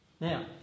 Now